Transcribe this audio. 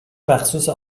مخصوص